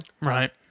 Right